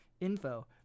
info